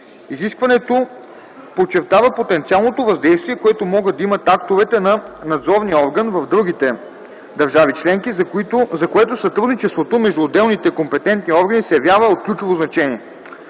Изискването подчертава потенциалното въздействие, което могат да имат актовете на надзорния орган в другите държави членки, за което сътрудничеството между отделните компетентни органи се явява от ключово значение.